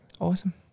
Awesome